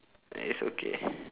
it's okay